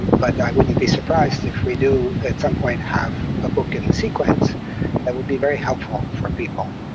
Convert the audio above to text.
but i wouldn't be surprised if we do at some point have a book in the sequence that will be very helpful for people.